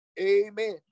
amen